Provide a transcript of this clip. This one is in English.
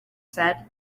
said